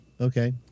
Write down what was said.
Okay